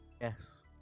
Yes